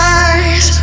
eyes